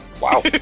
wow